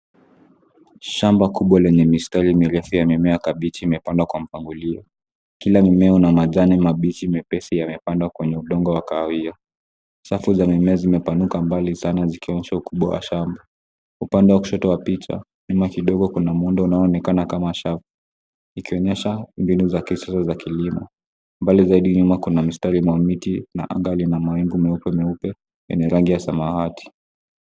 Shamba kubwa lina mistari mirefu ya mimea ya kabichi iliyopandwa kwa mpangilio. Kila mmea una maganda mapesi yaliyopandwa kwenye udongo wa kahawia. Safu za mimea zimepanuka mbali, zikianzia katikati na kuelekea mwisho wa shamba. Upande wa kushoto wa picha, nyuma kidogo, kuna muundo unaofanana na shamba, zikionyesha mbinu za kisasa za kilimo. Mbali zaidi nyuma kuna mistari ya mawingu na anga lenye mawingu meupe, yanayong’aa kama samawati.